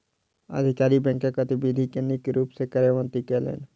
अधिकारी बैंकक गतिविधि के नीक रूप सॅ कार्यान्वित कयलैन